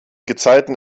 gezeiten